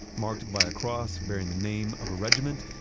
marked by a cross bearing the name of a regiment,